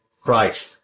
Christ